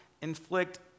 inflict